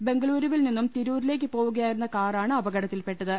ബംഗളൂരുവിൽ നിന്നും തിരൂരിലേക്ക് പോവുകയായിരുന്ന കാറാണ് അപകടത്തിൽപ്പെ ട്ടത്